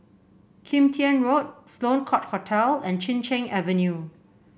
Kim Tian Road Sloane Court Hotel and Chin Cheng Avenue